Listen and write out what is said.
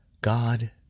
God